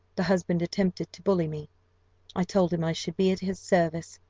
the husband attempted to bully me i told him i should be at his service,